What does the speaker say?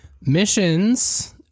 Missions